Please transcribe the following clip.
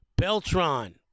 Beltron